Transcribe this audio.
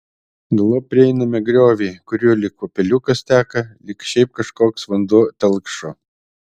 galop prieiname griovį kuriuo lyg upeliukas teka lyg šiaip kažkoks vanduo telkšo